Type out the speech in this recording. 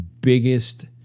biggest